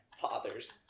fathers